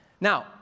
Now